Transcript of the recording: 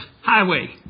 highway